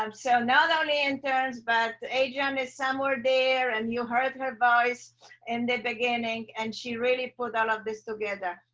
um so not only interns but adrian is somewhere there and you heard her voice in and the beginning, and she really put all of this together.